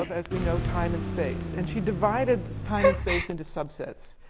as we know, time and space. and she divided time and space into subsets,